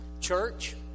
Church